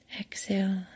exhale